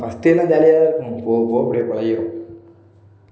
ஃபஸ்ட்டெல்லாம் ஜாலியாக தான் இருக்கும் போகப் போக அப்படியே பழகிடும்